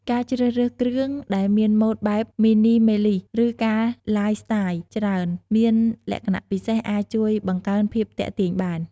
ការជ្រើសរើសគ្រឿងដែលមានម៉ូដបែបមីនីមេលីស ឬការឡាយស្ទាយច្រើន មានលក្ខណៈពិសេសអាចជួយបង្កើនភាពទាក់ទាញបាន។